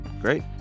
Great